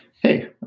Hey